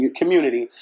community